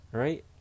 right